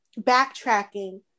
backtracking